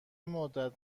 مدت